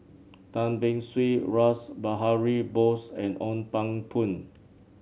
Tan Beng Swee Rash Behari Bose and Ong Pang Boon